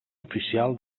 oficial